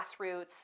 grassroots